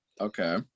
Okay